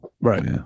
right